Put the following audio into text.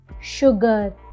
sugar